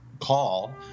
call